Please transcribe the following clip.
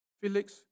Felix